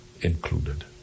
included